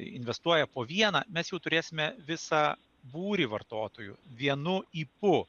investuoja po vieną mes jau turėsime visą būrį vartotojų vienu ypu